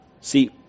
See